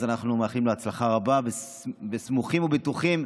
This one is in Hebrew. אז אנחנו מאחלים לו הצלחה רבה, וסמוכים ובטוחים,